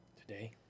today